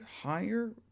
higher